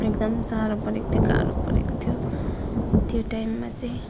एकदम साह्रो परेको थियो गाह्रो परेको थियो त्यो टाइममा चाहिँ